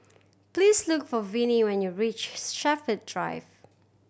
please look for Vinnie when you reach Shepherd Drive